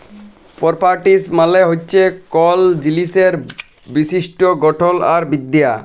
properties মালে হছে কল জিলিসের বৈশিষ্ট গঠল আর বিদ্যা